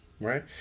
right